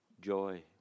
joy